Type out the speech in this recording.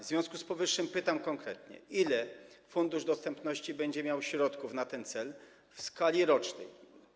W związku z powyższym pytam konkretnie: Ile Fundusz Dostępności będzie miał środków na ten cel w skali rocznej?